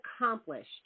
accomplished